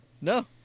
No